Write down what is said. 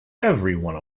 everyone